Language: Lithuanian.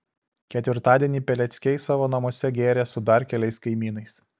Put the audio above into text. ketvirtadienį peleckiai savo namuose gėrė su dar keliais kaimynais